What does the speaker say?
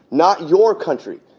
not your country.